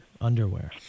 Underwear